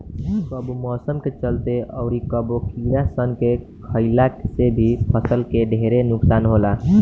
कबो मौसम के चलते, अउर कबो कीड़ा सन के खईला से भी फसल के ढेरे नुकसान होला